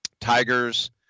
Tigers